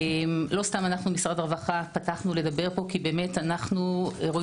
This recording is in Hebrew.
לא סתם אנו משרד הרווחה פתחנו לדבר פה כי אנו רואים